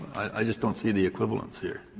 i just don't see the equivalence here.